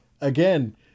again